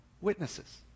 witnesses